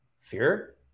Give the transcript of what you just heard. fear